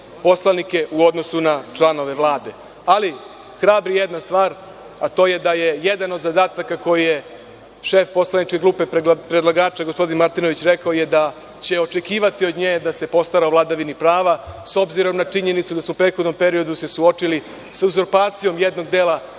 poslanike u odnosu na članove Vlade. Ali, hrabri jedna stvar, a to je da je jedan od zadataka koji je šef poslaničke grupe predlagača, gospodin Martinović rekao, je da će očekivati od nje da se postara o vladavini prava, s obzirom na činjenicu da su se u prethodnom periodu suočili sa uzurpacijom jednog dela